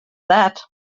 that